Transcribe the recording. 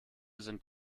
sind